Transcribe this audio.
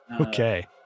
Okay